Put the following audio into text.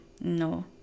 No